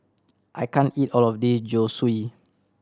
I can't eat all of the Zosui